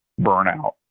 burnout